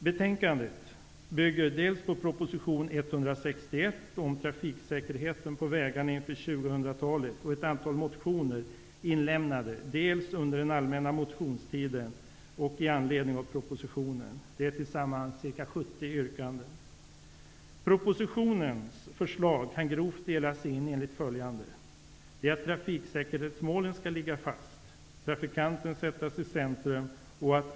Betänkandet bygger på proposition 161 om trafiksäkerheten på vägarna inför 2000-talet och på ett antal motioner inlämnade dels under den allmänna motionstiden, dels i anledning av propositionen. Sammantaget rör det sig om ca 170 Propositionens förslag kan grovt delas in enligt följande. Trafiksäkerhetsmålen skall ligga fast. Trafikanten skall sättas i centrum.